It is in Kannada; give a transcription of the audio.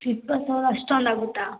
ಇಪ್ಪತ್ತು ಸಾವಿರ ಅಷ್ಟೊಂದು ಆಗುತ್ತಾ